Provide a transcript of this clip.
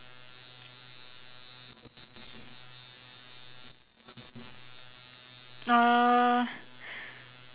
uh